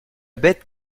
bête